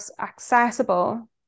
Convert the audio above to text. accessible